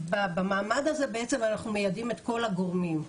במעמד הזה בעצם אנחנו מיידעים את כל הגורמים: